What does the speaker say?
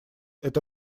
это